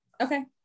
okay